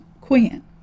Quinn